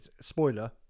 spoiler